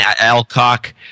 Alcock